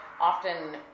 often